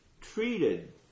treated